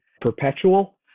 perpetual